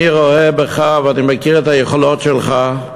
אני רואה בך, ואני מכיר את היכולות שלך,